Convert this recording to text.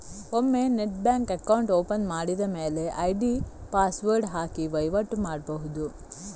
ಒಮ್ಮೆ net bank account open ಮಾಡಿದ ಮೇಲೆ ಐಡಿ ಪಾಸ್ವರ್ಡ್ ಹಾಕಿ ವೈವಾಟು ಮಾಡ್ಬಹುದು